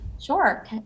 sure